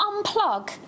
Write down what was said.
unplug